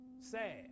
sad